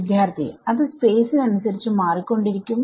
വിദ്യാർത്ഥി അത് സ്പേസ് ന് അനുസരിച്ചു മാറികൊണ്ടിരിക്കും